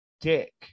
dick